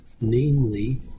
namely